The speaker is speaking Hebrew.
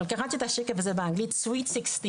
אבל קראתי לזה באנגלית "sweet16".